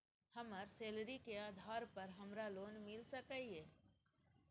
हमर सैलरी के आधार पर हमरा लोन मिल सके ये?